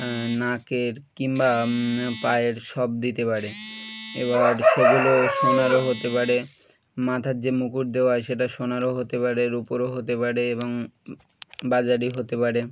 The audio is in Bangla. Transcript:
নাকের কিংবা পায়ের সব দিতে পারে এবার সেগুলো সোনারও হতে পারে মাথার যে মুকুট দেওয়ায় সেটা সোনারও হতে পারে রুপোরও হতে পারে এবং বাজারি হতে পারে